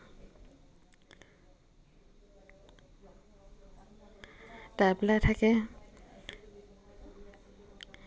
তাবলা থাকে